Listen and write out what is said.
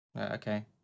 Okay